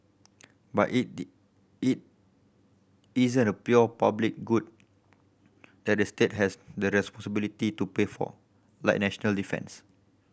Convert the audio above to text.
but it it isn't a pure public good that the state has the responsibility to pay for like national defence